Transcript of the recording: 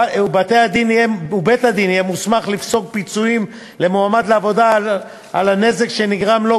ובית-הדין יהיה מוסמך לפסוק פיצויים למועמד לעבודה על הזק שנגרם לו,